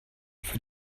für